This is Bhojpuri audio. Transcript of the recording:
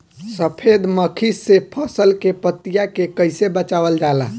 सफेद मक्खी से फसल के पतिया के कइसे बचावल जाला?